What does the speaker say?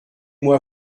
moi